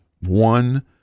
one